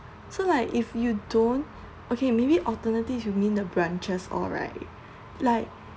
so like if you don't okay maybe alternatives you mean the branches all right like